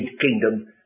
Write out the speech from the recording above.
kingdom